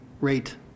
rate